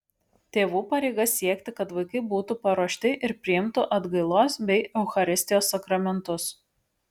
tėvų pareiga siekti kad vaikai būtų paruošti ir priimtų atgailos bei eucharistijos sakramentus